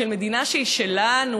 של מדינה שהיא שלנו.